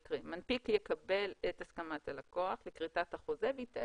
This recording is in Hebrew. אני אקריא: "מנפיק יקבל את הסכמת הלקוח לכריתת החוזה ויתעד".